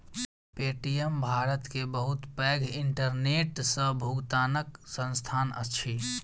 Paytm Bharat के बहुत पैघ इंटरनेट सॅ भुगतनाक संस्थान अछि